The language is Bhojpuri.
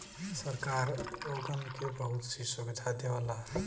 सरकार ओगन के बहुत सी सुविधा देवला